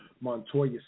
Montoya